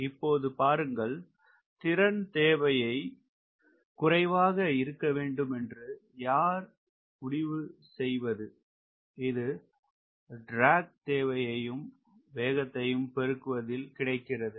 இப்போது பாருங்கள் திறன் தேவையை குறைவாக இருக்கவேண்டும் என்று யார் முடிவு செய்வது இது ட்ராக் தேவையும் வேகத்தையும் பெருக்குவதில் கிடைக்கிறது